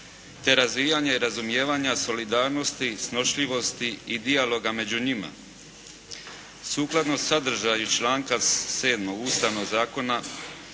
te razvijanje razumijevanja solidarnosti, snošljivosti i dijaloga među njima. Sukladno sadržaju članka 7. Ustavnog zakona